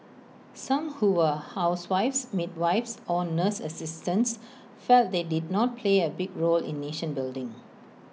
some who were housewives midwives or nurse assistants felt they did not play A big role in nation building